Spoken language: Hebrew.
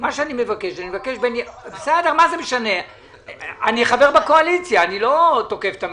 אני חבר בקואליציה, אני לא תוקף את הממשלה.